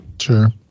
sure